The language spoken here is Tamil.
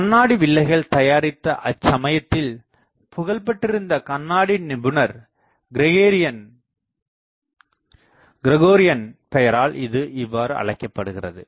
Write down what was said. கண்ணாடி வில்லைகள் தயாரித்த அச்சமயத்தில் புகழ்பெற்று இருந்த கண்ணாடி நிபுணர் கிரகோரியன் பெயரால் இது இவ்வாறு அழைக்கப்படுகிறது